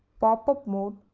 pop up mode,